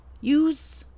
Use